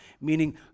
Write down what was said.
meaning